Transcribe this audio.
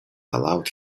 allowed